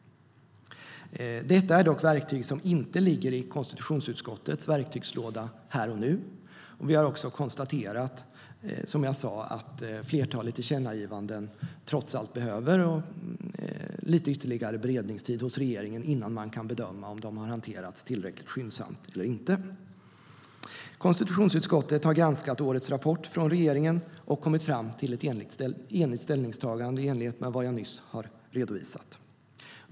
Detta är dock verktyg som inte ligger i konstitutionsutskottets verktygslåda här och nu. Vi har också konstaterat, som jag sa, att flertalet tillkännagivanden trots allt behöver lite ytterligare beredningstid hos regeringen innan man kan bedöma om de har hanterats tillräckligt skyndsamt eller inte. Konstitutionsutskottet har granskat årets rapport från regeringen och kommit fram till ett enigt ställningstagande i enlighet med vad jag nyss har redovisat.